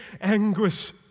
anguish